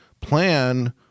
plan